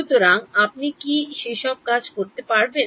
সুতরাং আপনি কি যে সব কাজ করার পরে